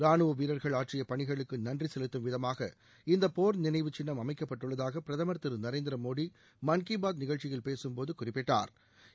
ரானுவ வீரர்கள் ஆற்றிய பணிகளுக்கு நன்றி செலுத்தும் விதமாக இந்த போர் நினைவு சின்னம் அமைக்கப்பட்டுள்ளதாக பிரதமா் திரு நரேந்திர மோடி மன் கி பாத் நிகழ்ச்சியில் பேசும் போது குறிப்பிட்டா்